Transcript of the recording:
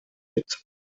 mit